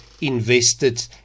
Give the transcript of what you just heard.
invested